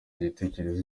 igitekerezo